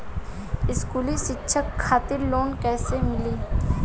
स्कूली शिक्षा खातिर लोन कैसे मिली?